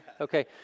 Okay